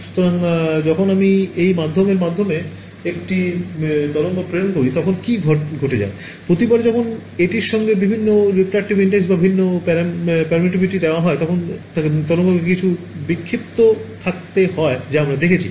সুতরাং যখন আমি এই মাধ্যমের মাধ্যমে একটি তরঙ্গ প্রেরণ করি তখন কি ঘটে যায় প্রতিবার যখন এটির সাথে বিভিন্ন refractive index বা ভিন্ন permittivity দেওয়া হয় তখন তরঙ্গকে কিছুটা বিক্ষিপ্ত থাকতে হয় যা আমরা দেখেছি